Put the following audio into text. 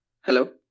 Hello